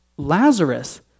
Lazarus